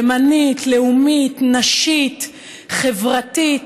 ימנית, לאומית, נשית, חברתית,